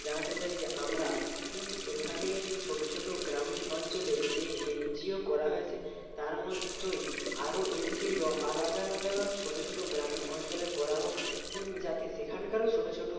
জানাতে চাই যে আমরা এখানের ছোটো ছোটো গ্রামীণ অঞ্চলে যে এন জি ও করা হয়েছে তার মধ্যই আরও এন জি ও আলাদা আলাদা ছোটো ছোটো গ্রামীণ অঞ্চলে করা হোক যাতে সেখানকারও ছোটো ছোটো